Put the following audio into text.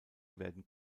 werden